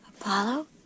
Apollo